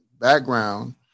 background